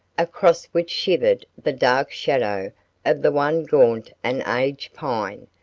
across which shivered the dark shadow of the one gaunt and aged pine,